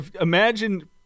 Imagine